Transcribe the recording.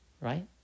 Right